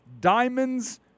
diamonds